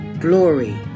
glory